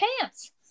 pants